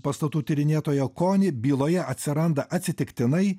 pastatų tyrinėtojo koni byloje atsiranda atsitiktinai